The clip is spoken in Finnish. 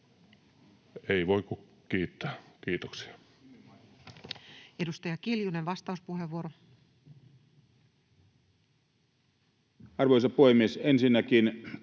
ei voi kuin kiittää. — Kiitoksia. Edustaja Kiljunen, vastauspuheenvuoro. Arvoisa puhemies! Ensinnäkin